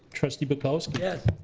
trustee bukowski? yes.